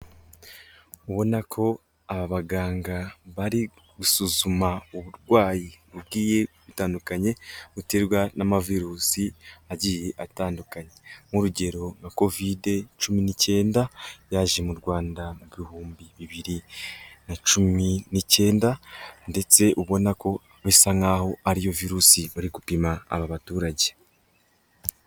Ubona ko aba baganga bari gusuzuma uburwayi bugiye butandukanye buterwa n'amavirusi agiye atandukanye, nk'urugero nka covide cumi n'icyenda yaje mu Rwanda mu bihumbi bibiri na cumi n'icyenda, ndetse ubona ko bisa nk'aho ariyo virusi bari gupima aba baturage.